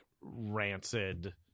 rancid